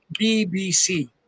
BBC